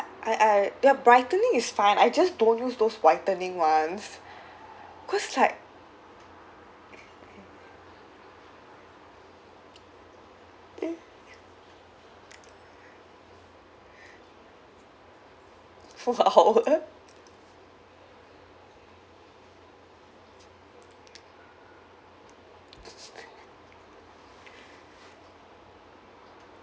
I I ya brightening is fine I just don't use those whitening ones because like flower